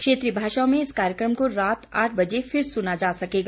क्षेत्रीय भाषाओं में इस कार्यक्रम को रात आठ बजे फिर सुना जा सकेगा